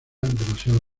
demasiado